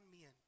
men